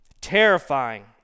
terrifying